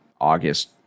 August